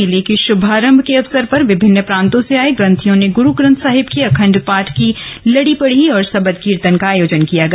मेले के श्भारंभ के अवसर पर विभिन्न प्रान्तों से आये ग्रन्थियों ने गुरुग्रन्थ साहिब की अखण्ड पाठ की लड़ी पढ़ी और सबद कीर्तन का आयोजन किया गया